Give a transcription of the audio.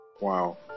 Wow